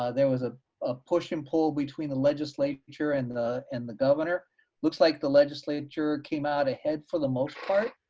there was a ah push and pull between the legislature and the and the governor. it looks like the legislature came out ahead for the most part.